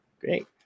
Great